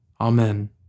Amen